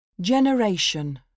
Generation